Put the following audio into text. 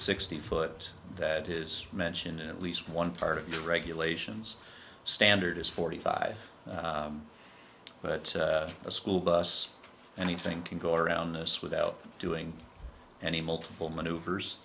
sixty foot that is mentioned in at least one part of new regulations standard is forty five but a school bus anything can go around this without doing any multiple maneuvers